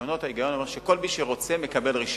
ברשיונות ההיגיון אומר שכל מי שרוצה, מקבל רשיון.